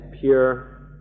pure